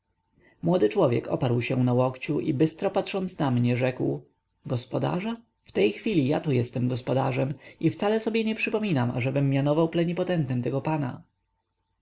młody człowiek oparł się na łokciu i bystro patrząc na mnie rzekł gospodarza w tej chwili ja tu jestem gospodarzem i wcale sobie nie przypominam ażebym mianował plenipotentem tego pana